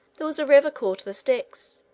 there was a river called the styx,